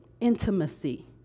intimacy